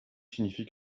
signifie